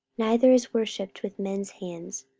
neither is worshipped with men's hands,